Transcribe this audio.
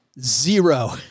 Zero